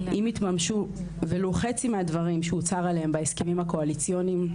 אם יתממשו ולו חצי מהדברים שהוצהר עליהם בהסכמים הקואליציוניים,